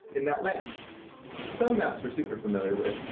in that land. some maps we're super familiar with,